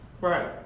Right